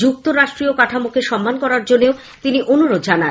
যুক্তরাষ্ট্রীয় কাঠামোকে সম্মান করার জন্যও তিনি অনুরোধ জানান